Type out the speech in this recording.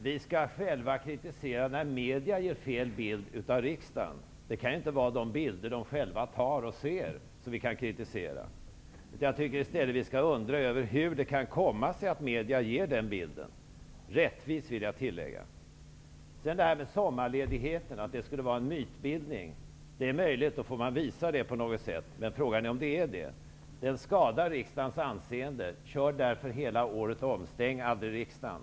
Det sägs att vi själva skall kritisera när media ger fel bild av riksdagen. Det kan inte vara de bilder som de själva tar och ser som vi kan kritisera. Jag tycker i stället att vi skall undra över hur det kan komma sig att media ger denna bild -- rättvis, vill jag tillägga. Att det skulle finnas någon mytbildning kring sommarledigheterna är möjligt. Då får man visa det på något sätt. Men frågan är om det är det. Sommarledigheterna skadar riksdagens anseende. Kör därför hela året om. Stäng aldrig riksdagen.